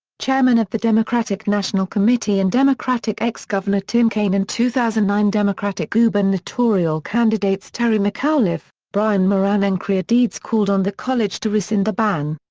chairman of the democratic national committee and democratic ex-governor tim kaine and two thousand and nine democratic gubernatorial candidates terry mcauliffe, brian moran and creigh deeds called on the college to rescind the ban.